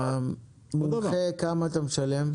למומחה, כמה אתה משלם?